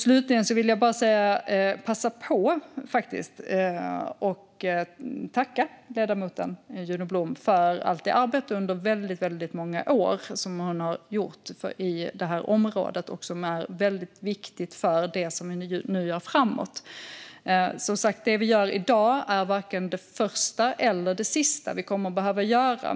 Slutligen vill jag bara passa på att tacka ledamoten Juno Blom för allt det arbete som hon under väldigt många år har gjort på det här området, och som är väldigt viktigt för det som vi nu gör framåt. Som sagt: Det vi gör i dag är varken det första eller det sista som vi behöver göra.